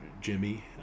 Jimmy